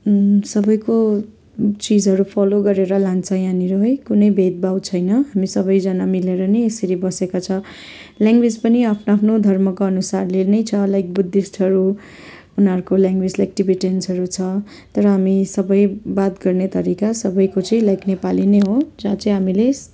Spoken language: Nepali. सबैको चिजहरू फलो गरेर लान्छ यहाँनिर है कुनै भेदभाव छैन हामी सबैजना मिलेर नै यसरी बसेका छ ल्याङ्गवेज पनि आफ्नो आफ्नो धर्मको अनुसारले नै छ लाइक बुद्धिस्टहरू उनीहरू ल्याङ्गवेज लाइक टिबेटेन्सहरू छ तर हामी सबै बात गर्ने तरिका सबैको चाहिँ लाइक नेपाली नै हो जहाँ चाहिँ हामीले